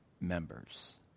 members